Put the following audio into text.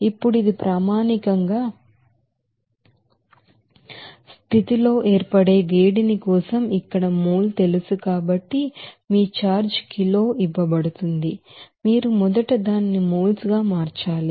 ఇప్పుడు ఇది standard condition లో ఏర్పడే వేడిమి కోసం ఇక్కడ మోల్ తెలుసు కాబట్టి కానీ మీ ఛార్జ్ కిలోలో ఇవ్వబడుతుంది కాబట్టి మీరు మొదట దానిని మోల్స్ గా మార్చాలి